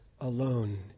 alone